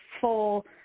full